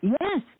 Yes